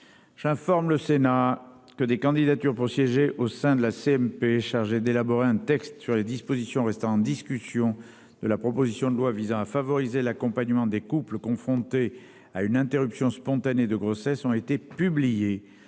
J'informe le Sénat que des candidatures pour siéger au sein de la CMP chargée d'élaborer un texte sur les dispositions restant en discussion de la proposition de loi visant à favoriser l'accompagnement des couples confrontés à une interruption spontanée de grossesse ont été publiés